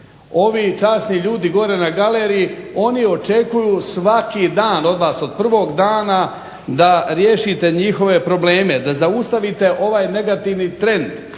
Ovi časni ljudi gore na galeriji oni očekuju svaki dan od vas, od prvog dana, da riješite njihove probleme, da zaustavite ovaj negativni trend,